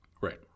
Right